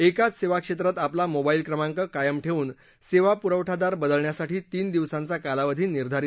एकाच सेवा क्षेत्रात आपला मोबाईल क्रमांक कायम ठेवून सेवा पुरवठादार बदलण्यासाठी तीन दिवसांचा कालावधी निर्धारित केला आहे